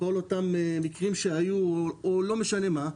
כל אותם מקרים שהיו או לא משנה מה,